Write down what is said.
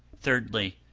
thirdly,